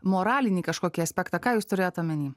moralinį kažkokį aspektą ką jūs turėjot omeny